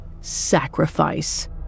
sacrifice